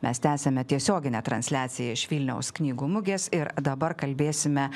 mes tęsiame tiesioginę transliaciją iš vilniaus knygų mugės ir dabar kalbėsime